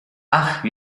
ach